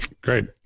Great